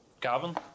Gavin